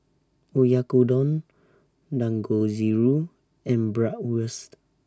Oyakodon Dangojiru and Bratwurst